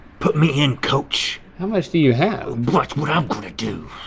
put me in, coach. how much do you have? watch what i'm gonna do.